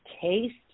taste